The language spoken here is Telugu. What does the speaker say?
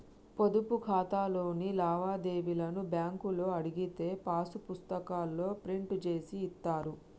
పొదుపు ఖాతాలోని లావాదేవీలను బ్యేంకులో అడిగితే పాసు పుస్తకాల్లో ప్రింట్ జేసి ఇత్తారు